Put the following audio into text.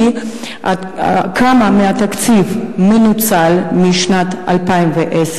ברצוני לשאול: 1. כמה מהתקציב מנוצל משנת 2010,